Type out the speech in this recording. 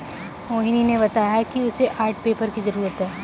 मोहिनी ने बताया कि उसे आर्ट पेपर की जरूरत है